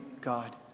God